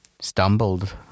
stumbled